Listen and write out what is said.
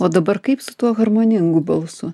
o dabar kaip su tuo harmoningu balsu